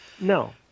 no